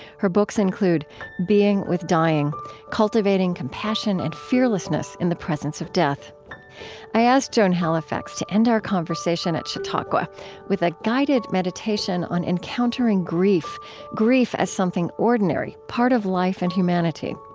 her books include being with dying cultivating compassion and fearlessness in the presence of death i asked joan halifax to end our conversation at chautauqua with a guided meditation on encountering grief grief as something ordinary, part of life and humanity.